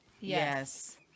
yes